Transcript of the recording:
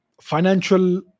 financial